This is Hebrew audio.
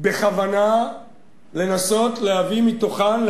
בכוונה לנסות להביא מתוכן,